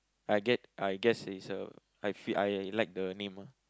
I get I guess it's a I feel I like the name ah